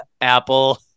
Apple